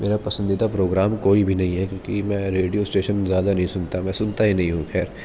میرا پسندیدہ پروگرام کوئی بھی نہیں ہے کیونکہ میں ریڈیو اسٹیشن زیادہ نہیں سنتا میں سنتا ہی نہیں ہوں خیر